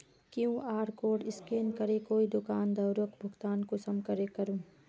QR code scan करे कोई दुकानदारोक भुगतान कुंसम करे करूम?